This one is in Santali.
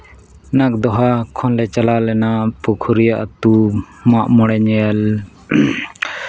ᱱᱟᱜᱽᱫᱚᱦᱟ ᱠᱷᱚᱱᱞᱮ ᱪᱟᱞᱟᱣ ᱞᱮᱱᱟ ᱯᱩᱠᱷᱩᱨᱤᱭᱟᱹ ᱟᱹᱛᱩ ᱢᱟᱜ ᱢᱚᱬᱮ ᱧᱮᱞ